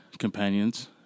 companions